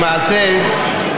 למעשה,